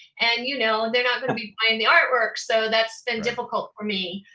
and you know they're not gonna be buying the artwork so that's been difficult for me.